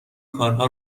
کارها